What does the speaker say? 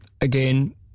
again